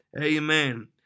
Amen